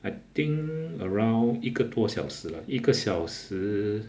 I think around 一个多小时 lah 一个小时